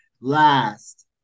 Last